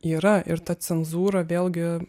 yra ir ta cenzūra vėlgi